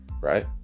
Right